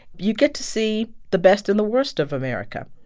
you get to see the best and the worst of america.